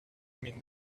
mean